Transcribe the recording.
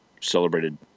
celebrated